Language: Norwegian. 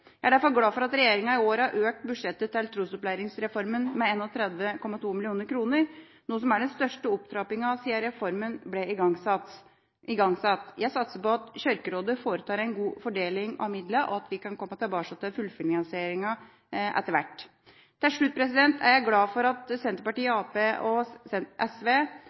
Jeg er derfor glad for at regjeringa i år har økt budsjettet til trosopplæringsreformen med 31,2 mill. kr, noe som er den største opptrappingen siden reformen ble igangsatt. Jeg satser på at Kirkerådet foretar en god fordeling av midlene, og at vi kan komme tilbake til fullfinansieringen etter hvert. Til slutt vil jeg si at jeg er glad for at Senterpartiet, Arbeiderpartiet og SV